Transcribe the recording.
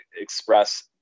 express